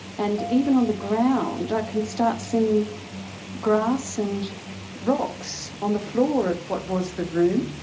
and even on the ground i can start seeing grass and rocks on the floor of what was the room.